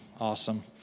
Awesome